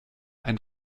ein